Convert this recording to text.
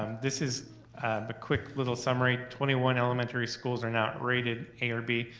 um this is the quick little summary. twenty one elementary schools are not rated a or b.